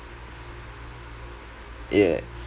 ya